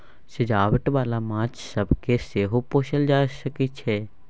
सजावट बाला माछ सब केँ सेहो पोसल जा सकइ छै